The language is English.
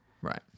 Right